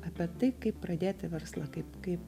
apie tai kaip pradėti verslą kaip kaip